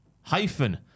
hyphen